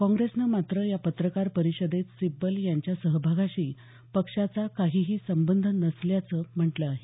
काँग्रेसनं मात्र या पत्रकार परिषदेत सिब्बल यांच्या सहभागाशी पक्षाचा काहीही संबंध नसल्याचं म्हटलं आहे